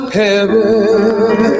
heaven